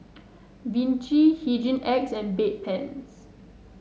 Vichy Hygin X and Bedpans